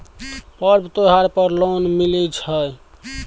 पर्व त्योहार पर लोन मिले छै?